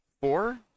four